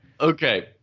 Okay